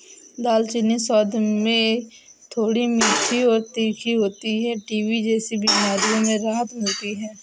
दालचीनी स्वाद में थोड़ी मीठी और तीखी होती है टीबी जैसी बीमारियों में राहत मिलती है